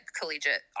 collegiate